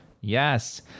Yes